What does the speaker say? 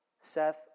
Seth